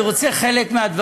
אני רוצה להגיד חלק מהדברים.